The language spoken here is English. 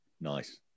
Nice